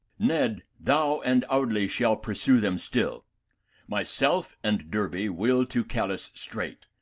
ned, thou and audley shall pursue them still my self and derby will to calice straight,